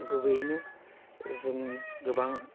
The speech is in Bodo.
गुबैयैनो जोंनि गोबां